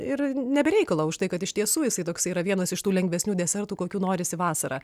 ir ne be reikalo už tai kad iš tiesų jisai toks yra vienas iš tų lengvesnių desertų kokių norisi vasarą